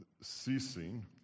ceasing